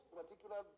particular